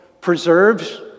preserves